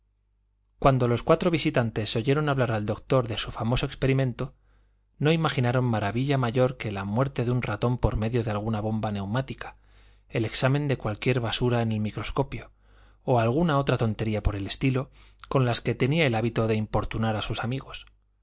cuando los cuatro visitantes oyeron hablar al doctor de su famoso experimento no imaginaron maravilla mayor que la muerte de un ratón por medio de alguna bomba neumática el examen de cualquier basura en el microscopio o alguna otra tontería por el estilo con las que tenía el hábito de importunar a sus amigos